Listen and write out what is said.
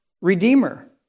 Redeemer